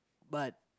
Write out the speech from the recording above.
but